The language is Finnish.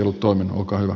olkaa hyvä